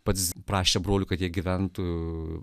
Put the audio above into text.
pats prašė brolių kad jie gyventų